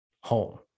home